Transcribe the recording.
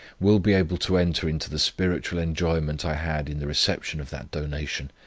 will be able to enter into the spiritual enjoyment i had in the reception of that donation,